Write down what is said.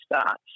start